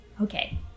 Okay